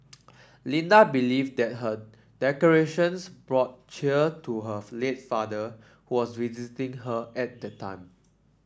Linda believed that her decorations brought cheer to her